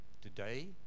today